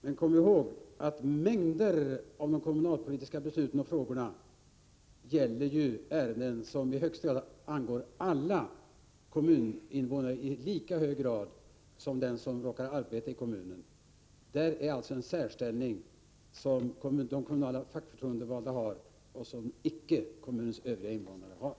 Men kom ihåg att mängder av de kommunalpolitiska besluten och frågorna gäller ärenden som i högsta grad angår alla kommuninvånare i lika hög grad som den som råkar arbeta i kommunen. De fackligt förtroendevalda har alltså i fråga om detta en särställning som kommunens övriga invånare icke har.